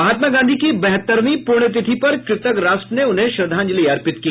महात्मा गांधी की बहत्तरवीं पुण्यतिथि पर कृतज्ञ राष्ट्र ने उन्हें श्रद्धांजलि अर्पित की